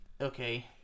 Okay